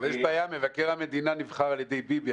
יש בעיה, מבקר המדינה נבחר על ידי ביבי.